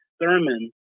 Thurman